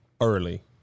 early